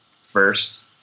first